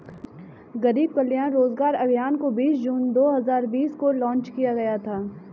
गरीब कल्याण रोजगार अभियान को बीस जून दो हजार बीस को लान्च किया गया था